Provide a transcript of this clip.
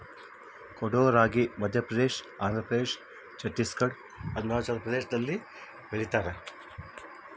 ಕೊಡೋ ರಾಗಿ ಮಧ್ಯಪ್ರದೇಶ ಆಂಧ್ರಪ್ರದೇಶ ಛತ್ತೀಸ್ ಘಡ್ ಅರುಣಾಚಲ ಪ್ರದೇಶದಲ್ಲಿ ಬೆಳಿತಾರ